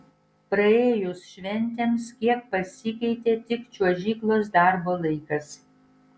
praėjus šventėms kiek pasikeitė tik čiuožyklos darbo laikas